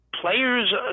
players